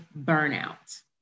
burnout